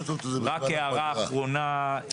רק הערה אחרונה,